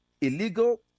illegal